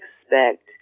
expect